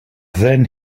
then